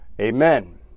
amen